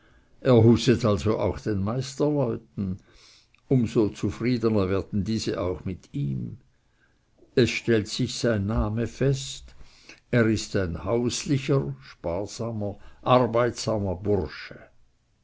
er huset also auch den meisterleuten um so zufriedener werden diese auch mit ihm es stellt sich sein name fest er ist ein hauslicher arbeitsamer bursche